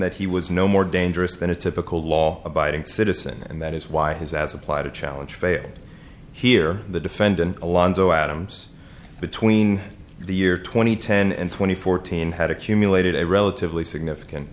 that he was no more dangerous than a typical law abiding citizen and that is why his as applied to challenge failed here the defendant alonzo adams between the year two thousand and ten and twenty fourteen had accumulated a relatively significant